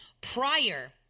prior